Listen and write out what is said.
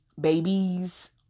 babies